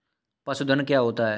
पशुधन क्या होता है?